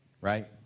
Right